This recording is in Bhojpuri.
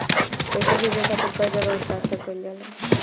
पैसा भेजे के खातिर कै जगह हस्ताक्षर कैइल जाला?